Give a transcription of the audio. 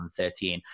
2013